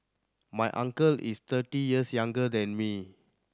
my uncle is thirty years younger than me